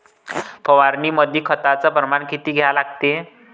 फवारनीमंदी खताचं प्रमान किती घ्या लागते?